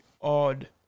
odd